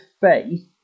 faith